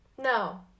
No